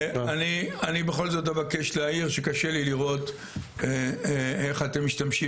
אני בכל זאת אבקש להעיר שקשה לי לראות איך אתם משתמשים